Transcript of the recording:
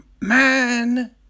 Man